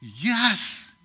yes